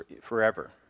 forever